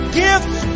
gifts